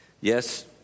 Yes